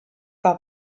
war